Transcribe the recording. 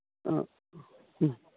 ꯑ ꯎꯝ